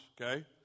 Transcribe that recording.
okay